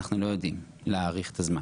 אנחנו לא יודעים להעריך את הזמן.